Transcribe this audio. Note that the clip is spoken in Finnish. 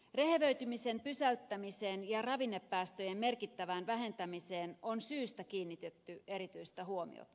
rehevöitymisen pysäyttämiseen ja ravinnepäästöjen merkittävään vähentämiseen on syystä kiinnitetty erityistä huomiota